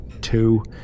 Two